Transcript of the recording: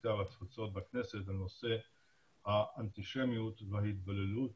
הקליטה והתפוצות בכנסת בנושא האנטישמיות וההתבוללות